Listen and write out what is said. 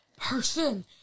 person